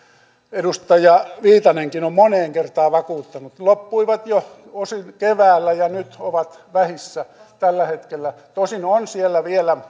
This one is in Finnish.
edustaja viitanenkin on moneen kertaan vakuuttanut loppuivat jo osin keväällä ja nyt ovat vähissä tällä hetkellä tosin on siellä vielä